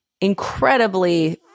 incredibly